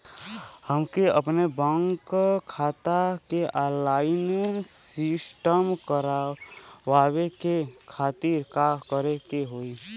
हमके अपने बैंक खाता के ऑनलाइन सिस्टम करवावे के खातिर का करे के होई?